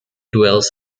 dwells